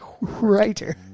Writer